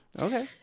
Okay